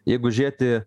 jeigu žėti